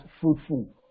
fruitful